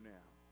now